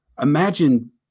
Imagine